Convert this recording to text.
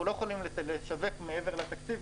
אנחנו לא יכולים לשווק מעבר לתקציב,